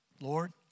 Lord